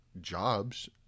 jobs